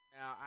Now